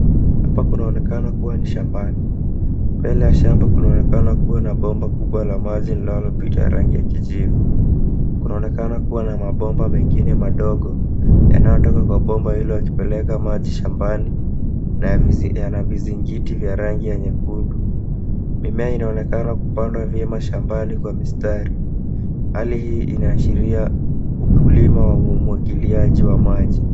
Hapa kunaonekana kuwa ni shambani. Mbele ya shamb kunaonekana kuwa na bomba kubwa la maji linalopita rangi ya kiivu. Kunaonekana kuwa na mabomba mengine madogo yanayotoka kwa bomba hilo yakipeleka maji shambani na yana vizingiti vya rangi ya nyekundu. Mimea inaonekana kupandwa vyema shambani kwa mistari. Hali hii inaashiria ukulima wa umwagiliaji wa maji.